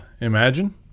imagine